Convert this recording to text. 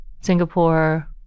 Singapore